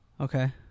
okay